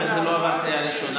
לכן זה לא עבר קריאה ראשונה,